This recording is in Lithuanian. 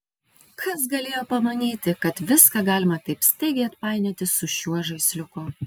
kas galėjo pamanyti kad viską galima taip staigiai atpainioti su šiuo žaisliuku